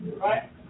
right